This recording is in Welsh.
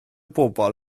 bobol